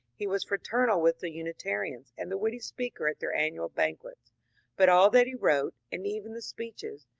he was fraternal with the unitarians and the witty speaker at their annual banquets but all that he wrote, and even the speeches,